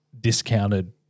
discounted